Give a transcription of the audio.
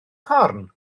corn